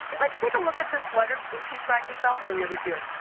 like, take a look at this sweater gucci tried to sell earlier this year.